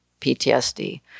PTSD